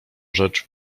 rzecz